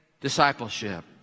discipleship